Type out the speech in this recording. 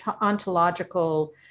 ontological